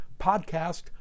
podcast